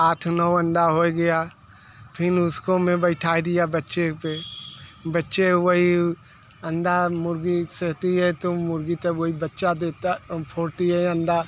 आथ नौ अंडा हो गया फिर उसको मैं बैठा दिया बच्चे पे बच्चे वही अंडा मुर्गी सहती है तो मुर्गी तब वही बच्चा देता फोड़ती है अंडा